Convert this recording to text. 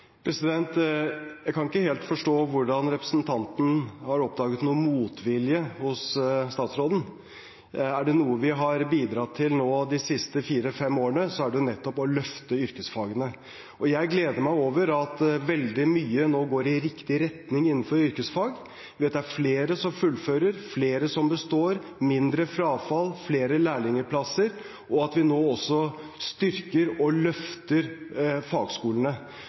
Jeg kan ikke helt forstå hvordan representanten har oppdaget noen motvilje hos statsråden. Er det noe vi har bidratt til de siste fire–fem årene, er det nettopp å løfte yrkesfagene. Og jeg gleder meg over at veldig mye nå går i riktig retning innenfor yrkesfag, ved at det er flere som fullfører og flere som består, ved mindre frafall og flere lærlingplasser, og ved at vi nå også styrker og løfter fagskolene.